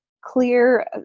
clear